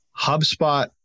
HubSpot